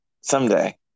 Someday